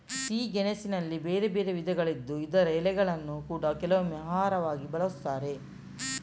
ಸಿಹಿ ಗೆಣಸಿನಲ್ಲಿ ಬೇರೆ ಬೇರೆ ವಿಧಗಳಿದ್ದು ಇದರ ಎಲೆಗಳನ್ನ ಕೂಡಾ ಕೆಲವೊಮ್ಮೆ ಆಹಾರವಾಗಿ ಬಳಸ್ತಾರೆ